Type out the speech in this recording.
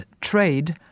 trade